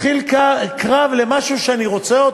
התחיל קרב על משהו שאני רוצה,